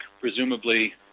presumably